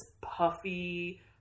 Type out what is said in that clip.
puffy